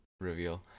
reveal